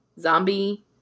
zombie